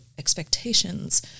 expectations